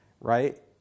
right